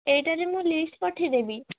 ଏଇଟାରେ ମୁଁ ଲିଷ୍ଟ୍ ପଠେଇଦେବି